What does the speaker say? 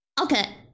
Okay